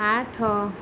ଆଠ